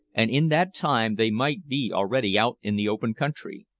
and in that time they might be already out in the open country.